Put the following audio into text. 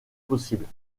possibles